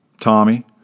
Tommy